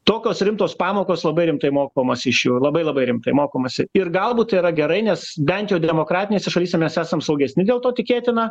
tokios rimtos pamokos labai rimtai mokomasi iš jų labai labai rimtai mokomasi ir galbūt tai yra gerai nes bent jau demokratinėse šalyse mes esam saugesni dėl to tikėtina